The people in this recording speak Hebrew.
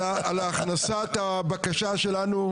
על הכנסת הבקשה שלנו,